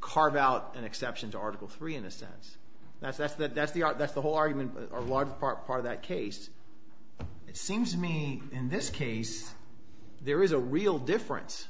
carve out an exception to article three in a sense that's that that's the that's the whole argument a large part part of that case it seems to me in this case there is a real difference